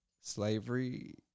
slavery